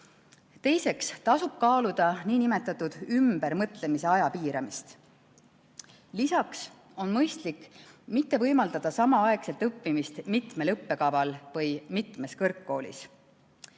Teiseks tasub kaaluda nn ümbermõtlemise aja piiramist. Lisaks on mõistlik mitte võimaldada samaaegselt õppimist mitmel õppekaval või mitmes kõrgkoolis.